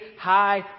high